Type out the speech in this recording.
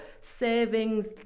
savings